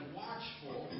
watchful